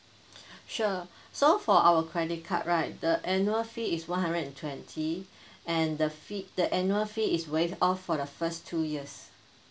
sure so for our credit card right the annual fee is one hundred and twenty and the fee the annual fee is waive off for the first two years